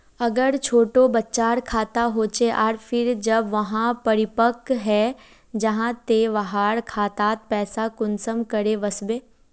अगर छोटो बच्चार खाता होचे आर फिर जब वहाँ परिपक है जहा ते वहार खातात पैसा कुंसम करे वस्बे?